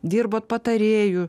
dirbot patarėju